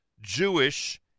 jewish